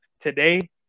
Today